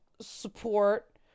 support